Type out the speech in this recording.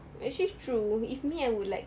actually true if me I would like